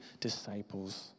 disciples